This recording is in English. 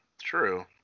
True